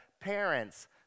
Parents